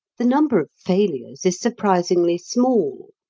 the number of failures is surprisingly small.